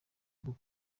bwo